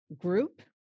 group